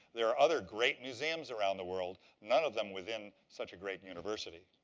there are other great museums around the world. none of them within such a great university.